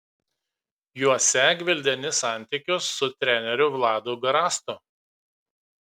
juose gvildeni santykius su treneriu vladu garastu